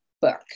book